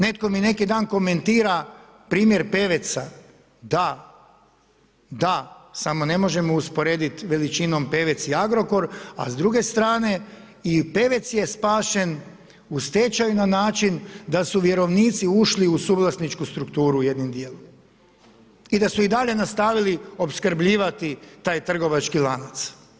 Netko mi neki dan komentira primjer Peveca, da, da, samo ne možemo usporedit veličinom Pevec i Agrokor, a s druge strane i Pevec je spašen u stečaju na način da su vjerovnici ušli u suvlasničku strukturu jednim djelom i da su i dalje nastavili opskrbljivati taj trgovački lanac.